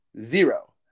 zero